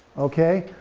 okay,